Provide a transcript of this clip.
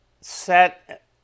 set